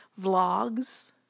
vlogs